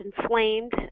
inflamed